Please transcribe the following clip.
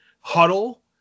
huddle